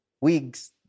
Wigs